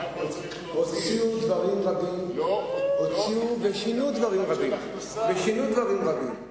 הוציאו דברים רבים ושינו דברים רבים.